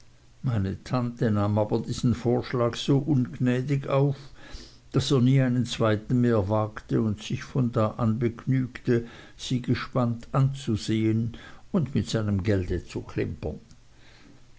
meine tante nahm aber diesen vorschlag so ungnädig auf daß er nie einen zweiten mehr wagte und sich von da an begnügte sie gespannt anzusehen und mit seinem gelde zu